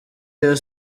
rayon